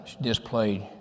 displayed